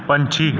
ਪੰਛੀ